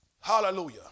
Hallelujah